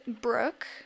Brooke